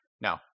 Now